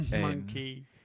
Monkey